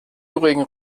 übrigen